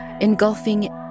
engulfing